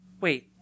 Wait